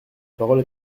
parole